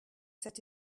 set